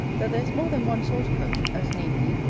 that there is more than one sort of them, as namely,